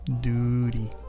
Duty